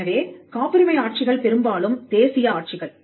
எனவே காப்புரிமை ஆட்சிகள் பெரும்பாலும் தேசிய ஆட்சிகள்